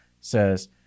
says